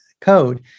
code